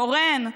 קורן.